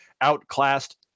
outclassed